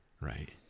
Right